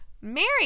Mary